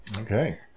Okay